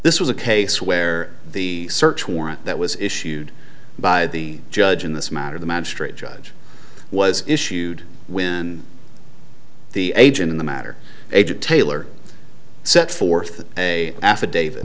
this was a case where the search warrant that was issued by the judge in this matter the magistrate judge was issued when the agent in the matter agent taylor set forth a affidavit